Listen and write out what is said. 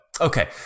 Okay